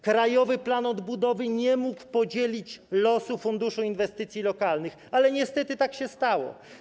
Krajowy Plan Odbudowy nie mógł podzielić losu funduszu inwestycji lokalnych, ale niestety tak się stało.